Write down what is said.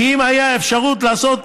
כי אם הייתה אפשרות לעשות,